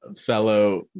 fellow